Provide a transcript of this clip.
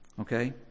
Okay